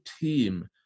team